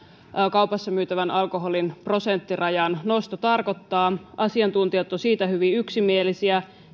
kaupassa myytävän alkoholin prosenttirajan nosto tarkoittaa asiantuntijat ovat siitä hyvin yksimielisiä